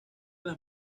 las